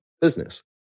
business